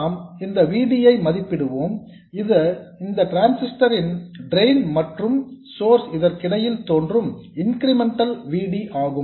நாம் இந்த V D ஐ மதிப்பிடுவோம் இது டிரான்சிஸ்டர் ன் டிரெயின் மற்றும் சோர்ஸ் இதற்கிடையில் தோன்றும் இன்கிரிமெண்டல் V D ஆகும்